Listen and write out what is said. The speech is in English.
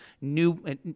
new